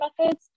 methods